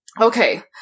Okay